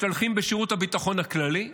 משתלחים בשירות הביטחון הכללי,